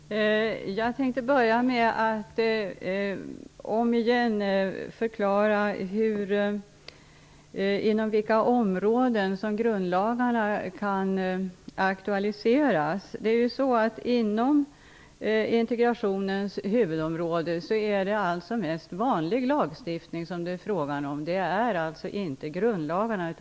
Herr talman! Jag skall börja med att om igen förklara inom vilka områden som grundlagarna kan aktualiseras. Inom integrationens huvudområde är det alltså mest fråga om vanliga lagar, dvs. inte grundlagarna.